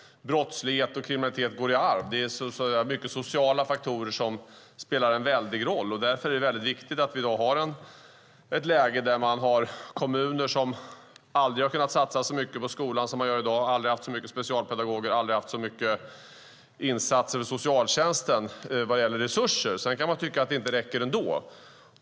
Brottslighet och kriminalitet går i arv. Det är många sociala faktorer som spelar en väldig roll. Därför är det viktigt att vi i dag har ett läge där kommunerna aldrig har kunnat satsa så mycket på skolan som nu. Vi har aldrig haft så många specialpedagoger och aldrig så mycket insatser i socialtjänsten vad gäller resurser. Sedan kan man tycka att det inte räcker ändå.